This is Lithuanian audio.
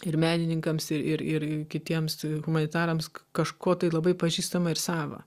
ir menininkams ir ir ir kitiems humanitarams kažko tai labai pažįstama ir sava